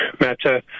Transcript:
matter